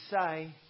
say